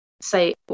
say